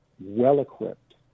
well-equipped